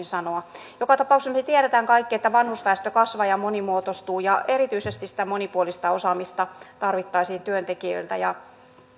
sanoa joka tapauksessa me tiedämme kaikki että vanhusväestö kasvaa ja monimuotoistuu ja erityisesti sitä monipuolista osaamista tarvittaisiin työntekijöiltä